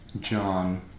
John